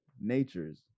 nature's